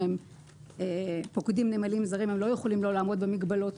אם הם פוקדים נמלים זרים הם לא יכולים לא לעמוד במגבלות,